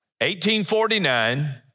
1849